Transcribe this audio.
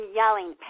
yelling